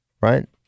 right